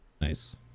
nice